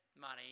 money